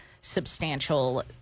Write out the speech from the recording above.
substantial